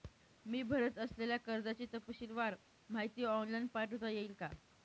मी भरत असलेल्या कर्जाची तपशीलवार माहिती ऑनलाइन पाठवता येईल का?